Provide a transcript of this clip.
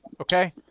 Okay